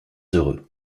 heureux